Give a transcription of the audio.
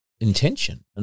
intention